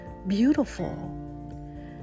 Beautiful